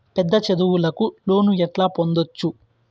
పెద్ద చదువులకు లోను ఎట్లా పొందొచ్చు